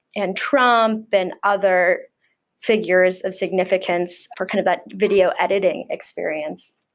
and trump and other figures of significance for kind of that video editing experience.